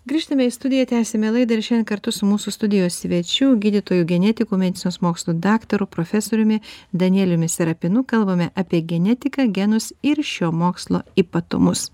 grįžtame į studiją tęsiame laidą ir šiandien kartu su mūsų studijos svečiu gydytoju genetiku medicinos mokslų daktaru profesoriumi danieliumi serapinu kalbame apie genetiką genus ir šio mokslo ypatumus